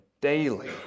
daily